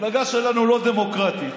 המפלגה שלנו לא דמוקרטית.